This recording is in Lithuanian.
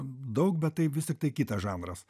daug bet tai vis tiktai kitas žanras